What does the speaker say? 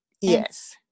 yes